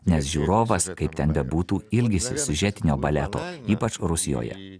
nes žiūrovas kaip ten bebūtų ilgisi siužetinio baleto ypač rusijoje